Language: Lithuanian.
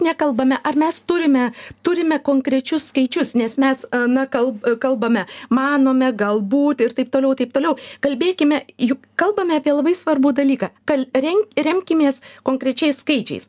nekalbame ar mes turime turime konkrečius skaičius nes mes na kal kalbame manome galbūt ir taip toliau i taip toliau kalbėkime juk kalbame apie labai svarbų dalyką kal ren remkimės konkrečiais skaičiais